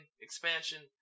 expansion